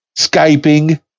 Skyping